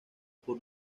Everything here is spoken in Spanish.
por